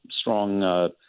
strong